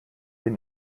denn